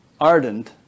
ardent